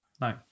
No